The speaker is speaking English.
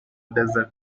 desert